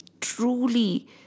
truly